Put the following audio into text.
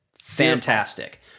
Fantastic